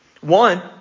One